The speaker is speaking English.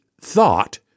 thought